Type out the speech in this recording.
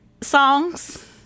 songs